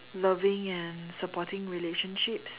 loving and supporting relationships